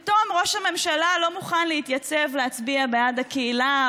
פתאום ראש הממשלה לא מוכן להתייצב ולהצביע בעד הקהילה,